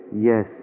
Yes